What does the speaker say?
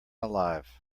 alive